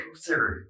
theory